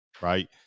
right